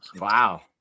Wow